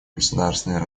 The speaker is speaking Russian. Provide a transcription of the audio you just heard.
государственные